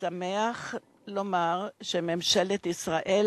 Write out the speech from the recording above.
שמח שממשלת ישראל